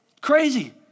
Crazy